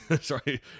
Sorry